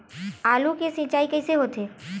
आलू के सिंचाई कइसे होथे?